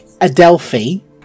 Adelphi